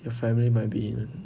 your family might be in